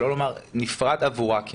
שלא לומר כמעט נפרד עבורה.